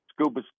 Scuba